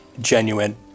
genuine